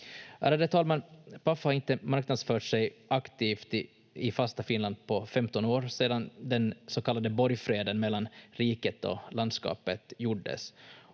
Ärade talman! Paf har inte marknadsfört sig aktivt i fasta Finland på 15 år sedan den så kallade borgfreden mellan riket och landskapet gjordes,